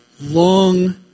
long